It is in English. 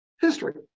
history